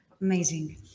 Amazing